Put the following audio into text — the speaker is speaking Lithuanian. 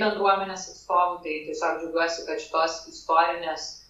bendruomenės atstovų tai tiesiog džiaugiuosi kad šitos istorinės